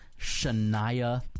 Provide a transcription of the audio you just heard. Shania